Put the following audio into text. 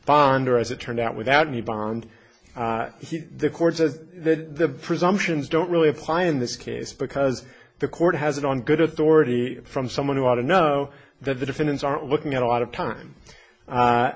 bond or as it turned out without any bond the court's as the presumptions don't really apply in this case because the court has it on good authority from someone who ought to know that the defendants aren't looking at a lot of time